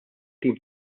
tim